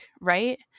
right